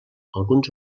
alguns